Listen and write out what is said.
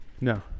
No